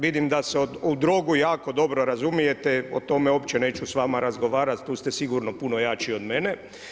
Vidim da se u drogu jako dobro razumijete, o tome uopće neću s vama razgovarati, tu ste sigurno puno jači od mene.